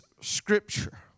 scripture